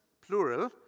plural